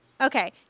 Okay